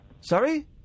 Sorry